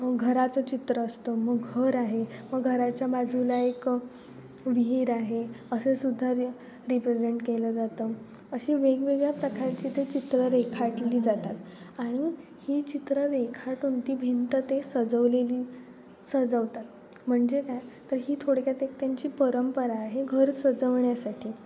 घराचं चित्र असतं मग घर आहे मग घराच्या बाजूला एक विहीर आहे असेसुद्धा ते रि रिप्रेझेंट केलं जातं अशी वेगवेगळ्या प्रकारची ते चित्रं रेखाटली जातात आणि ही चित्रं रेखाटून ती भिंत ते सजवलेली सजवतात म्हणजे काय तर ही थोडक्यात एक त्यांची परंपरा आहे घर सजवण्यासाठी